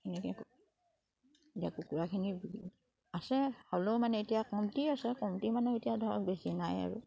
সেনেকে এতিয়া কুকুৰাখিনি আছে হ'লেও মানে এতিয়া কমটি আছে কমটি মানে এতিয়া ধৰক বেছি নাই আৰু